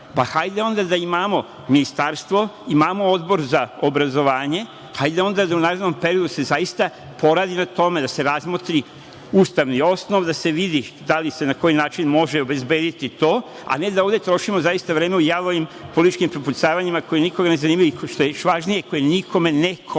onda da imamo Ministarstvo, imamo Odbor za obrazovanje, hajde da se onda u narednom periodu zaista poradi na tome, da se razmotri ustavni osnov, da se vidi da li se i na koji način može obezbediti to, a ne da ovde trošimo, zaista vreme u javnim političkim prepucavanjima, koja nikoga ne zanimaju i što je važnije, koja nikome ne koriste. Kao